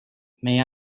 may